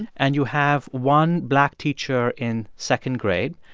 and you have one black teacher in second grade,